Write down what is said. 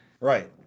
Right